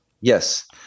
Yes